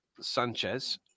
Sanchez